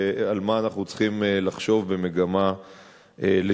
ועל מה אנחנו צריכים לחשוב במגמה לשפר.